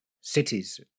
cities